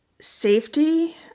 safety